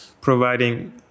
providing